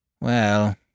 Well